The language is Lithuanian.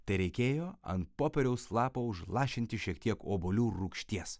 tereikėjo ant popieriaus lapo užlašinti šiek tiek obuolių rūgšties